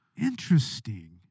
Interesting